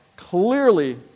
clearly